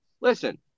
Listen